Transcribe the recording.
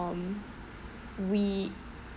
um we